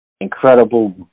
incredible